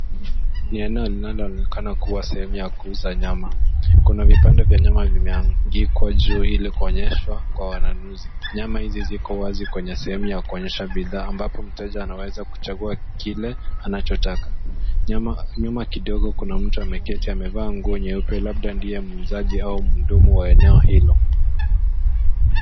Ni eneo linaloonekana kuwa sehemu ya kuuza nyama. Kuna vipande vya nyama vimeangikwa juu ili kuonyeshwa kwa wanunuzi. Nyama hizi ziko wazi kwenye sehemu ya kuonyesha bidhaa ambapo mteja anaweza kuchagua kile anachotaka. Nyuma kidogo kuna mtu ameketi, amevaa nguo nyeupe labda ndiye muuzaji au mhudumu wa eneo hilo.